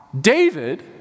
David